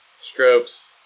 strokes